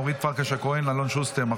אורית פרקש הכהן ואלון שוסטר.